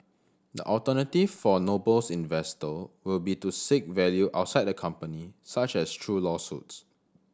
the alternative for Noble's investor will be to seek value outside the company such as through lawsuits